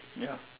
ya